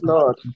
Lord